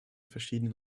verschiedenen